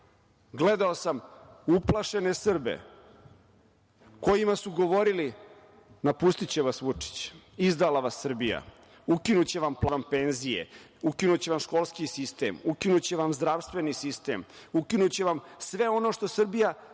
gledao sam uplašene Srbe kojima su govorili – napustiće vas Vučić, izdala vas Srbija, ukinuće vam plate, ukinuće vam penzije, ukinuće vam školski sistem, ukinuće vam zdravstveni sistem, ukinuće vam sve ono što Srbija, kao